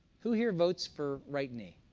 who here votes for right knee?